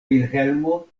vilhelmo